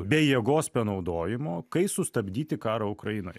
be jėgos panaudojimo kai sustabdyti karą ukrainoj